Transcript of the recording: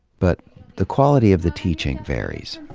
but the quality of the teaching varies.